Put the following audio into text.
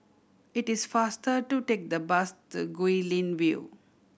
it is faster to take the bus to Guilin View